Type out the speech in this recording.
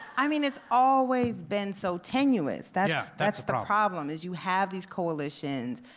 i mean, it's always been so tenuous, that's that's the problem, is you have these coalitions,